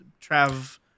Trav